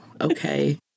okay